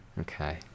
Okay